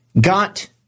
got